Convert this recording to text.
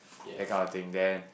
that kind of thing then